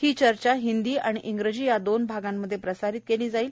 ही चर्चा हिंदी आणि इंग्रजी या दोन विभागांत प्रसारित केली जाईल